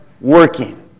working